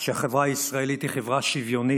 שהחברה הישראלית היא חברה שוויונית,